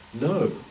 No